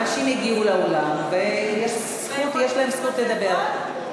כי אנשים הגיעו לאולם, ויש להם זכות לדבר.